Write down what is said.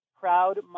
proud